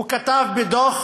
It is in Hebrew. הוא כתב בדוח